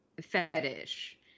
fetish